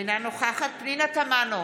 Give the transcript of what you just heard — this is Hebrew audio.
אינה נוכחת פנינה תמנו,